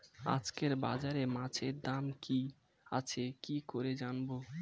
আজকে বাজারে মাছের দাম কি আছে কি করে জানবো?